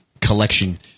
collection